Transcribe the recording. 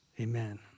Amen